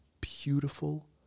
beautiful